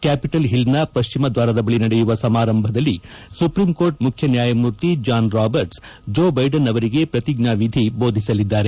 capital ಹಿಲ್ನ ಪಶ್ಚಿಮ ದ್ವಾರದ ಬಳಿ ನಡೆಯುವ ಸಮಾರಂಭದಲ್ಲಿ ಸುಪ್ರೀಂಕೋರ್ಟ್ ಮುಖ್ಯ ನ್ಯಾಯಮೂರ್ತಿ ಜಾನ್ ರಾಬರ್ಟ್ಪ್ ಜೋ ಬೈಡನ್ ಅವರಿಗೆ ಪ್ರತಿಜ್ಞಾವಿಧಿ ಬೋಧಿಸಲಿದ್ದಾರೆ